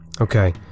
okay